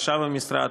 חשב המשרד,